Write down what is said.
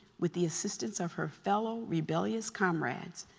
with the assistance of her fellow rebellious comrades,